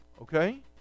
okay